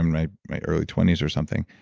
and my my early twenty s or something.